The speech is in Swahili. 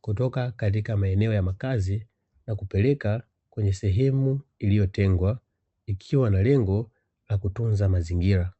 kutoka katika maeneo ya makazi na kupeleka kwenye sehemu iliyotengwa ikiwa na lengo la kutunza mazingira.